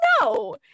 no